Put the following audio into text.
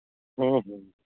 ह्म्म ह्म्म